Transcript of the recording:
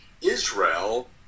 Israel